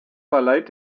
verleiht